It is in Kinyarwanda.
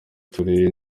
toure